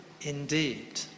indeed